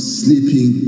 sleeping